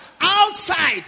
outside